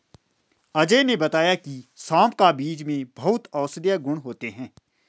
अजय ने बताया की सौंफ का बीज में बहुत औषधीय गुण होते हैं